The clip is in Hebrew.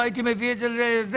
לא הייתי מביא את זה לסדר-היום.